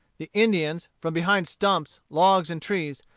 the indians, from behind stumps, logs, and trees,